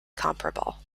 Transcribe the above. comparable